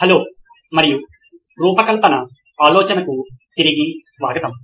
hello మరియు రూపకల్పన ఆలోచనకు తిరిగి స్వాగతం